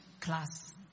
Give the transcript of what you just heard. class